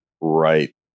right